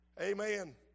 Amen